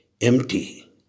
empty